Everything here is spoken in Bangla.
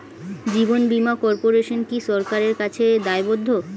জীবন বীমা কর্পোরেশন কি সরকারের কাছে দায়বদ্ধ?